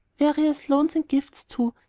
various loans and gifts, too,